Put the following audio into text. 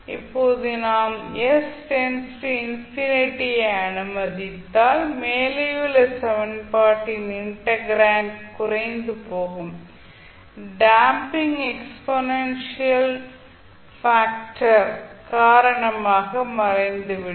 இப்போது நாம் s →∞ ஐ அனுமதித்தால் மேலேயுள்ள சமன்பாட்டின் இன்டெக்ராண்ட் குறைந்துபோகும் டேம்பிங் எக்ஸ்பொனென்ஷியால் பாக்டர் காரணமாக மறைந்துவிடும்